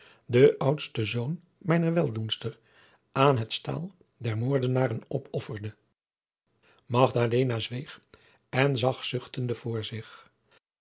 den oudsten zoon mijner weldoenster aan het staal der moordenaren opofferde magdalena zweeg en zag zuchtende voor zich